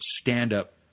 stand-up